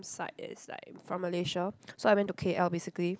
side is like from Malaysia so I went to K_L basically